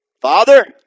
Father